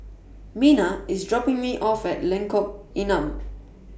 Mena IS dropping Me off At Lengkok Enam